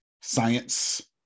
science